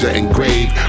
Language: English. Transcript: engraved